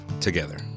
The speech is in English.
together